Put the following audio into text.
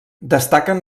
destaquen